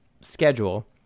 schedule